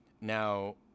Now